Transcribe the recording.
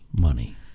money